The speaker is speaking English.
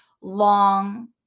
Long